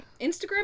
Instagram